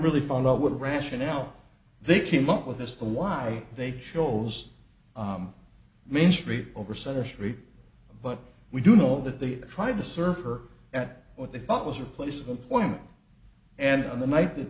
really found out what a rationale they came up with this the why they chose main street over century but we do know that they tried to serve her at what they thought was her place of employment and on the night that